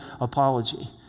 apology